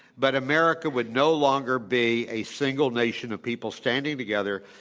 but america would no longer be a single nation of people standing together,